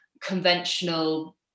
conventional